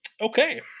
Okay